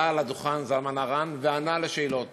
עלה על הדוכן זלמן ארן וענה על שאלות.